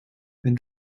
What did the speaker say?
wenn